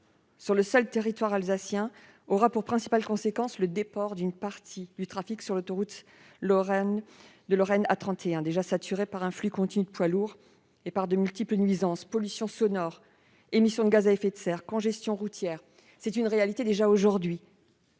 sur le seul territoire alsacien aura pour principale conséquence le déport d'une partie du trafic sur l'autoroute de Lorraine A31, déjà saturée par un flux continu de poids lourds et cause de multiples nuisances- pollution sonore, émissions de gaz à effet de serre, congestion routière, etc. C'est déjà la réalité